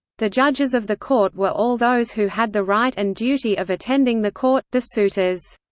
the judges of the court were all those who had the right and duty of attending the court, the suitors.